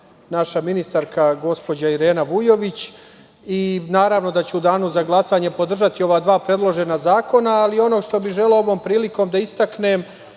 naša ministarka gospođa Irena Vujović. Naravno da ću u danu za glasanje podržati ova dva predložena zakona. Ono što bih želeo ovom prilikom da istaknem